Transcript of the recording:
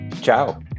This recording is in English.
Ciao